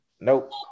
Nope